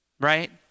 Right